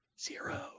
Zero